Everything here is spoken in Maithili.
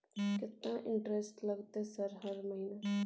केतना इंटेरेस्ट लगतै सर हर महीना?